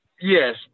yes